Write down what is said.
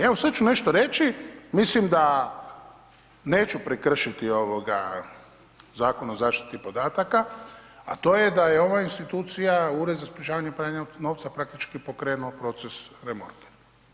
Evo sad ću nešto reći, mislim da neću prekršiti ovoga Zakon o zaštiti podataka, a to je da je ova institucija Ured za sprječavanje pranja novca praktički pokrenu proces Remorker.